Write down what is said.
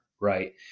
right